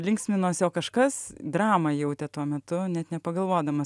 linksminosi o kažkas dramą jautė tuo metu net nepagalvodamas